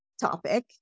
topic